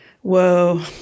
Whoa